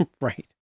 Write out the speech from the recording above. Right